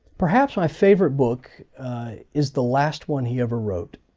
perhaps my favorite book is the last one he ever wrote.